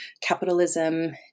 capitalism